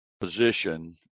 position